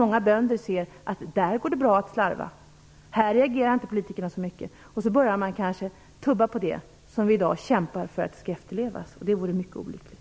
Många bönder kan se att det går bra att slarva, att politikerna inte reagerar så mycket. Då börjar man kanske tumma på det som vi i dag kämpar för skall efterlevas. Det vore mycket olyckligt.